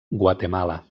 guatemala